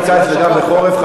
גם בשעון קיץ וגם בשעון חורף,